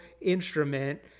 instrument